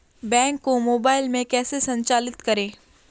Bank को mobile में कैसे संचालित करें?